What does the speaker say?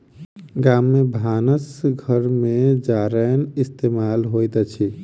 गाम में भानस घर में जारैन इस्तेमाल होइत अछि